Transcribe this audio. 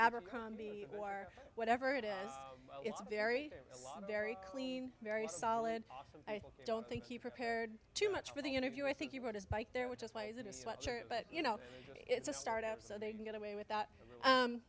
abercrombie or whatever it is it's very very clean very solid i don't think he prepared too much for the interview i think you rode his bike there which is why is it a sweatshirt but you know it's a start up so they can get away with that